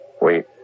wait